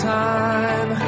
time